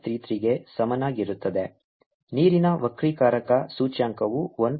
33 ಗೆ ಸಮನಾಗಿರುತ್ತದೆ ನೀರಿನ ವಕ್ರೀಕಾರಕ ಸೂಚ್ಯಂಕವು 1